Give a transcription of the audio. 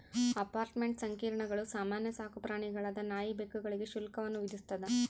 apartment ಸಂಕೀರ್ಣಗಳು ಸಾಮಾನ್ಯ ಸಾಕುಪ್ರಾಣಿಗಳಾದ ನಾಯಿ ಬೆಕ್ಕುಗಳಿಗೆ ಶುಲ್ಕವನ್ನು ವಿಧಿಸ್ತದ